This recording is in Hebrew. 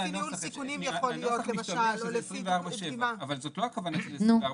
לפי ניהול סיכונים יכול להיות למשל -- זאת לא כוונתי ל-24/7,